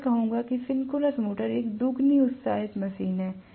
तो मैं कहूंगा कि सिंक्रोनस मोटर एक दोगुनी उत्साहित मशीन है